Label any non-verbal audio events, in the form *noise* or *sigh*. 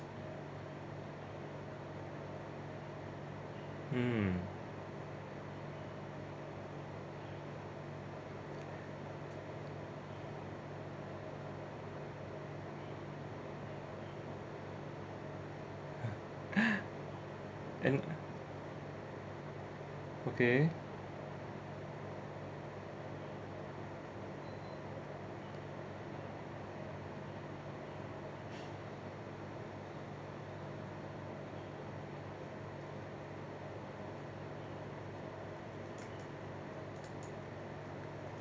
mm *laughs* and okay